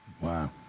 Wow